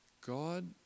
God